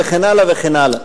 וכן הלאה וכן הלאה.